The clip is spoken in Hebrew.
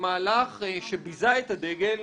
מהלך שביזה את הדגל,